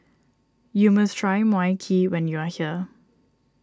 you must try Mui Kee when you are here